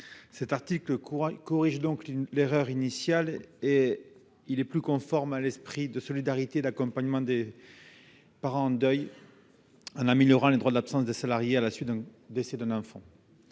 Cet article, qui corrige l'erreur initiale, est plus conforme à l'esprit de solidarité et d'accompagnement des parents en deuil en améliorant les droits d'absence des salariés à la suite du décès d'un enfant.